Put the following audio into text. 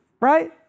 right